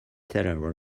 teller